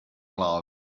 love